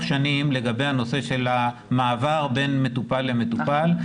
שנים לגבי הנושא של המעבר בין מטופל למטופל.